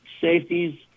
safeties